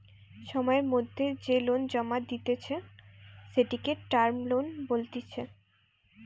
সময়ের মধ্যে যে লোন জমা দিতেছে, সেটিকে টার্ম লোন বলতিছে